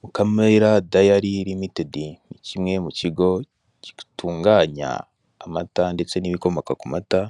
Mukamira dayari limitedi ni kimwe mu kigo gitunganya amata ndetse n'ibikomoka ku mata,